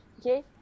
Okay